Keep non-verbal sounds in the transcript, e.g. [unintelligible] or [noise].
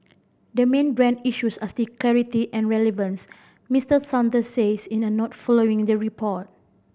the main brand issues are still clarity and relevance Mister Saunders said [unintelligible] in a note following the report